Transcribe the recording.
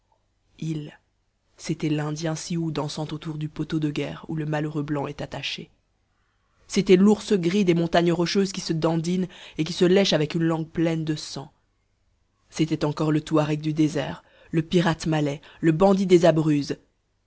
ils c'était i'indien sioux dansant autour du poteau de guerre où le malheureux blanc est attaché c'était l'ours gris des montagnes rocheuses qui se dandine et qui se lèche avec une langue pleine de sang c'était encore le touareg du désert le pirate malais le bandit des